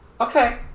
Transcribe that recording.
Okay